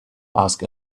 asked